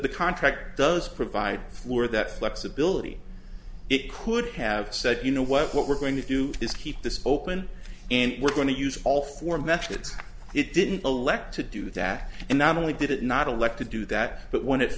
the contract does provide floor that flexibility it could have said you know what what we're going to do is keep this open and we're going to use all four methods it didn't elect to do that and not only did it not elect to do that but when it